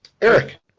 Eric